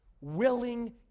willing